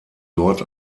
dort